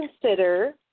consider